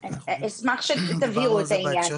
אשמח שתבהירו את העניין.